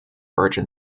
virgin